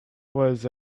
was